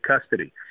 custody